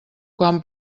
quan